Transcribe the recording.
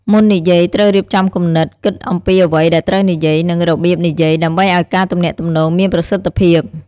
មុននិយាយ ត្រូវរៀបចំគំនិត គិតអំពីអ្វីដែលត្រូវនិយាយ និងរបៀបនិយាយ ដើម្បីឱ្យការទំនាក់ទំនងមានប្រសិទ្ធភាព។